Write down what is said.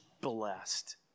blessed